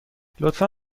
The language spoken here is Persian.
لطفا